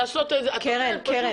את נותנת פשוט --- קרן,